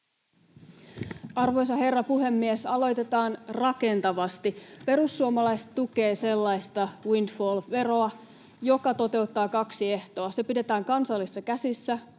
Arvoisa herra puhemies! Aloitetaan rakentavasti. Perussuomalaiset tukevat sellaista windfall-veroa, joka toteuttaa kaksi ehtoa: se pidetään kansallisissa käsissä,